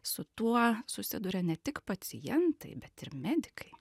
su tuo susiduria ne tik pacientai bet ir medikai